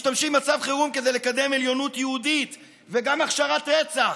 משתמשים במצב חירום כדי לקדם עליונות יהודית וגם הכשרת רצח.